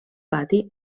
pati